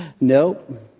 Nope